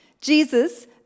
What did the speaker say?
Jesus